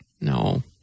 No